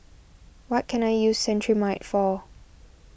what can I use Cetrimide for